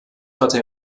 hatte